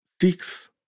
six